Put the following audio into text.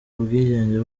ubwigenge